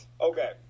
Okay